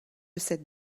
cette